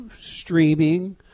streaming